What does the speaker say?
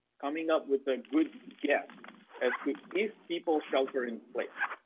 coming up with a good guess as to if people shelter-in-place,